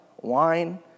wine